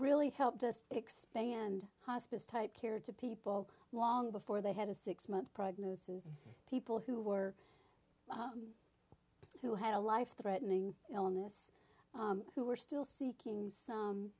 really helped us expand hospice type care to people long before they had a six month prognosis people who were who had a life threatening illness who were still seeking